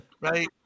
right